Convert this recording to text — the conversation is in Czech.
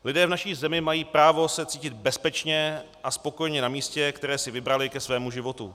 Lidé v naší zemi mají právo se cítit bezpečně a spokojeně na místě, které si vybrali ke svému životu.